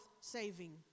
saving